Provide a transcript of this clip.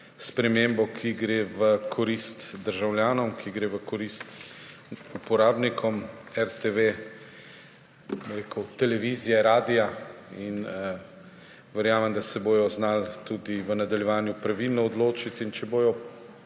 spremembo, ki gre v korist državljanom, ki gre v korist uporabnikom RTV, televizije, radia. In verjamem, da se bodo znali tudi v nadaljevanju pravilno odločiti. In če bodo